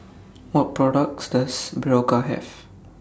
What products Does Berocca Have